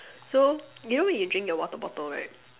so you know when you drink your water bottle right